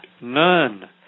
none